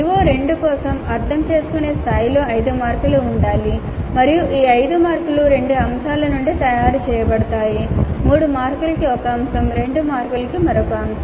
CO2 కోసం అర్థం చేసుకునే స్థాయిలో 5 మార్కులు ఉండాలి మరియు ఈ 5 మార్కులు రెండు అంశాల నుండి తయారు చేయబడతాయి 3 మార్కులు కి ఒక అంశం 2 మార్కులకు మరొక అంశం